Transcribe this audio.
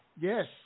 Yes